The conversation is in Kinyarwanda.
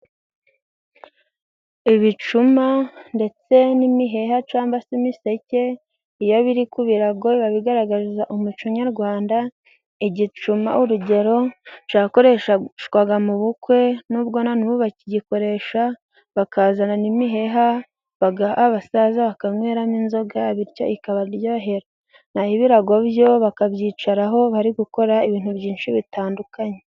Ibicuma ndetse n'imiheha cyangwa se imiseke, iyo biri ku birago biba bigaragaza umuco nyarwanda, igicuma urugero cyakoresheshwaga mu bukwe n'ubwo na nubu kigikoreshwa bakazana n'imiheha bagaha abasaza bakanyweramo inzoga, bityo ikabaryohera, naho ibirago byo bakabyicaraho bari gukora ibintu byinshi bitandukanye.